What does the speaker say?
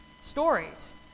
stories